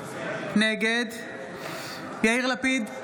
נגד יאיר לפיד,